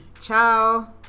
Ciao